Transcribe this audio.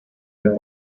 their